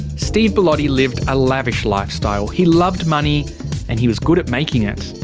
steve bellotti lived a lavish lifestyle he loved money and he was good at making it.